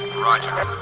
roger.